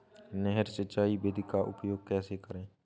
नहर सिंचाई विधि का उपयोग कैसे करें?